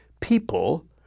people